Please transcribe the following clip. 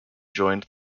joined